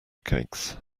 cakes